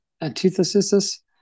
antithesis